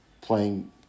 playing